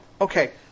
okay